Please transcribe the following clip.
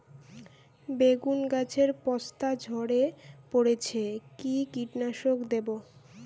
বেগুন গাছের পস্তা ঝরে পড়ছে কি কীটনাশক দেব?